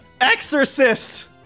Exorcist